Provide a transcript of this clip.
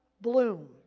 bloom